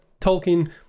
Tolkien